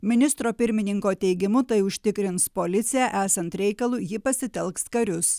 ministro pirmininko teigimu tai užtikrins policija esant reikalui ji pasitelks karius